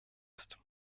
ist